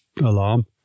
alarm